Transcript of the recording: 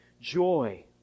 joy